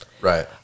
Right